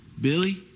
Billy